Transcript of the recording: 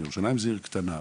וירושלים היא עיר קטנה,